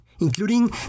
including